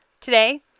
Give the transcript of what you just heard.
Today